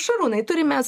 šarūnai turim mes